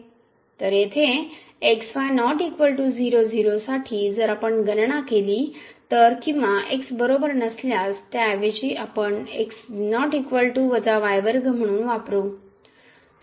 तर येथे x y ≠ 00 साठी जर आपण गणना केली तर किंवा x बरोबर नसल्यास तर याऐवजी आपण म्हणून वापरु